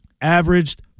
averaged